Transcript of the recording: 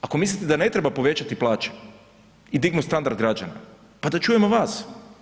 Ako mislite da ne treba povećati plaće i dignuti standard građana, pa da čujemo vas.